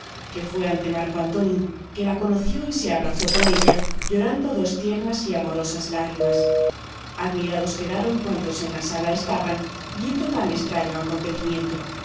que fue ante marco antonio que la conoció y se abrazó con ella llorando los dos tiernas y amorosas lágrimas admirados quedaron cuantos en la sala estaban viendo tan estraño acontecimiento